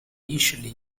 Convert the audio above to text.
usually